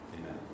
Amen